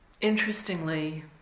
interestingly